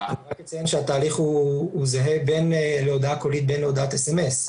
אני רק אציין שהתהליך הוא זהה בין הודעה קולית ובין אם הודעת סמס.